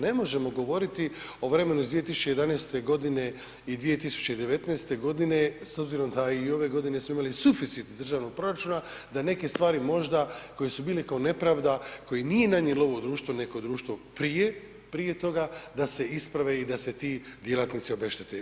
Ne možemo govoriti o vremenu iz 2011. godine i 2019. godine s obzirom da i ove godine smo imali suficit državnog proračuna, da neke stvari možda koje su bile kao nepravda koje nije nanijelo ovo društvo, neko društvo prije toga, da se isprave i da se ti djelatnici obeštete.